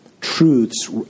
truths